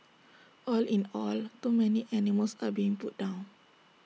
all in all too many animals are being put down